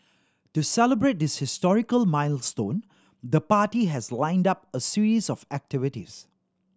to celebrate this historical milestone the party has lined up a series of activities